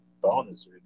bonus